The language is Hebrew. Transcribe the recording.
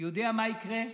אני יודע מה יקרה,